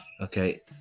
Okay